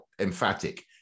emphatic